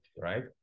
right